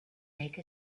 make